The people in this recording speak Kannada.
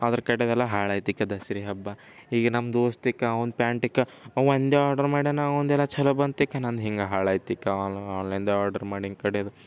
ಅದರ ಕಡೆದೆಲ್ಲ ಹಾಳಾಯ್ತು ಈಗ ದಸರ ಹಬ್ಬ ಹೀಗೆ ನಮ್ಮ ದೋಸ್ತಿಗೆ ಅವನ ಪ್ಯಾಂಟ್ ಇಕ್ಕ ಒಂದೇ ಆಡ್ರ್ ಮಾಡ್ಯಾನ ಅವಂದು ಎಲ್ಲ ಛಲೋ ಬಂತಿಕ್ಕ ನಂದು ಹಿಂಗೆ ಹಾಳಾಯ್ತು ಇಕ್ಕ ಆನ್ಲೈನ್ದಾಗೆ ಆರ್ಡರ್ ಮಾಡಿದ್ದ ಕಡೆದ್ದು